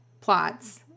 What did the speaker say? plots